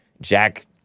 Jack